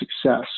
success